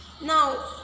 Now